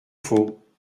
faux